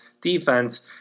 defense